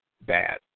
bad